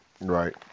Right